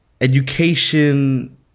education